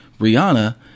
Rihanna